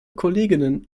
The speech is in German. kolleginnen